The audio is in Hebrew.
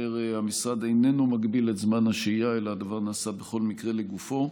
המשרד איננו מגביל את זמן השהייה אלא הדבר נעשה בכל מקרה לגופו.